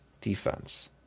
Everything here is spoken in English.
defense